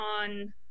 on